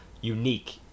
unique